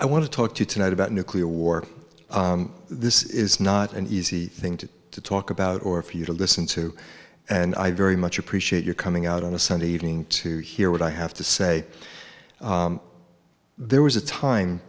i want to talk to you tonight about nuclear war this is not an easy thing to talk about or for you to listen to and i very much appreciate your coming out on a sunday evening to hear what i have to say there was a time